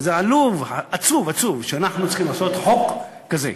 וזה עצוב, עצוב שאנחנו צריכים לעשות חוק כזה.